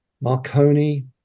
Marconi